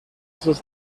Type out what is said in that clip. sus